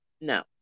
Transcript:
No